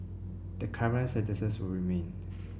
the current sentences will remain